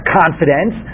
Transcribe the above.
confidence